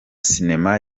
sinema